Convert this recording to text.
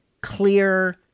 clear